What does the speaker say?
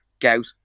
gout